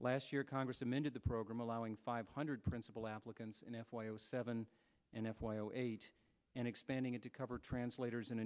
last year congress amended the program allowing five hundred principal applicants in f y o seven and f y o eight and expanding it to cover translators and